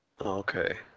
Okay